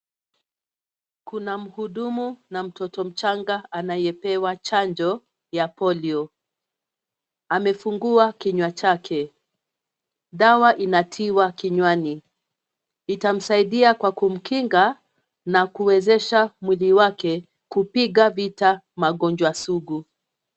Kuna mhudumu na mtoto mchanga anayepewa chanjo ya polio, amefungua kinywa chake, dawa inatiwa kinywani, itamsaidia kwa kumkinga na kuwezesha mwili wake kupiga vita magonjwa sugu.